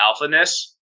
alphaness